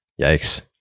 Yikes